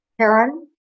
Karen